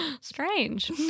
Strange